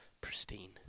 Pristine